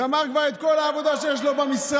הוא גמר כבר את כל העבודה שיש לו במשרד,